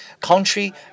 country